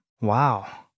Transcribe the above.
Wow